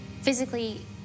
Physically